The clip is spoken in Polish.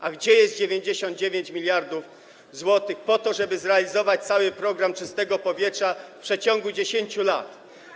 A gdzie jest 99 mld zł po to, żeby zrealizować cały program czystego powietrza w przeciągu 10 lat?